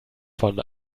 von